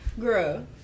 Girl